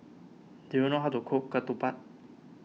do you know how to cook Ketupat